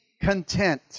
content